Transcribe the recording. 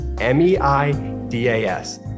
M-E-I-D-A-S